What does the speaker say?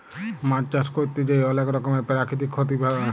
মাছ চাষ ক্যরতে যাঁয়ে অলেক রকমের পেরাকিতিক ক্ষতি পারে